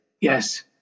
yes